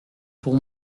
pour